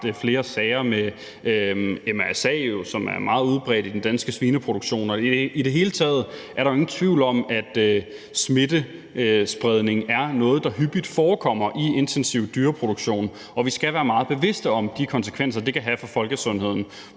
flere sager med MRSA, som er meget udbredt i den danske svineproduktion. I det hele taget er der jo ingen tvivl om, at smittespredning er noget, der hyppigt forekommer i intensiv dyreproduktion, og vi skal være meget bevidste om de konsekvenser, det kan have for folkesundheden,